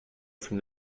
from